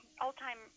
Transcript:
all-time